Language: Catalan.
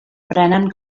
prenen